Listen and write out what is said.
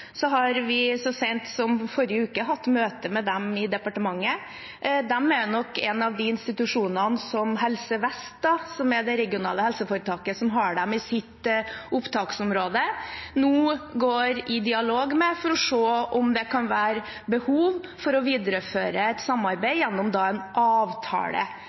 vi så sent som i forrige uke møte med dem i departementet. De er av institusjonene som Helse Vest, som er det regionale helseforetaket som har dem i sitt opptaksområde, nå går i dialog med for å se om det kan være behov for å videreføre et samarbeid gjennom en avtale